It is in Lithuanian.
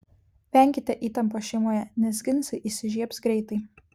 venkite įtampos šeimoje nes ginčai įsižiebs greitai